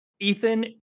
Ethan